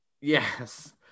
yes